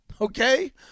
Okay